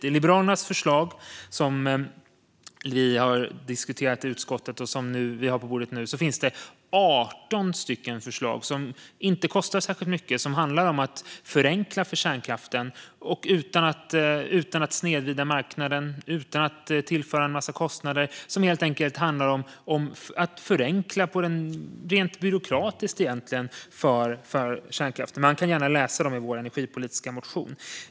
I Liberalernas motion, som vi har diskuterat i utskottet och som nu ligger på bordet, finns 18 förslag som inte kostar särskilt mycket och som handlar om att förenkla för kärnkraften utan att snedvrida marknaden och utan att tillföra en massa kostnader. Det handlar helt enkelt om att förenkla rent byråkratiskt för kärnkraften. Man kan gärna läsa om förslagen i vår energipolitiska motion.